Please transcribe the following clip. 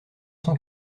cent